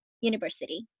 university